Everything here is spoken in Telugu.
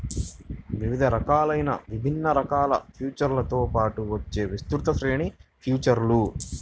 వివిధ రకాలైన విభిన్న రకాల ఫీచర్లతో పాటు వచ్చే విస్తృత శ్రేణి ఫీచర్లు